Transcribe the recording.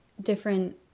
different